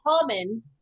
common